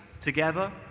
together